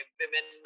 women